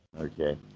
okay